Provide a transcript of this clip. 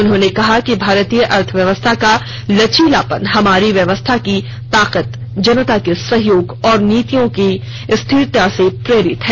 उन्होंने कहा कि भारतीय अर्थव्यवस्था का लचीलापन हमारी व्यवस्था की ताकत जनता के सहयोग और नीतियों की स्थिरता से प्रेरित है